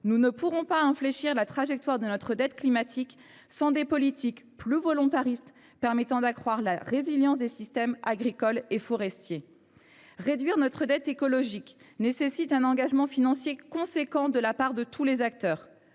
Nous ne pourrons pas infléchir la trajectoire de notre dette climatique sans des politiques plus volontaristes permettant d’accroître la résilience des systèmes agricoles et forestiers. Réduire notre dette écologique nécessite un engagement financier significatif de la part de tous les acteurs.